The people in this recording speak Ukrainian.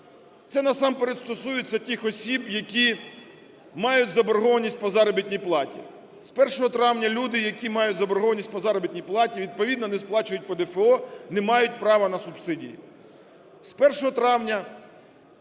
Це насамперед стосується тих осіб, які мають заборгованість по заробітній платі. З 1 травня люди, які мають заборгованість по заробітній платі, відповідно не сплачують ПДФО, не мають право на субсидії.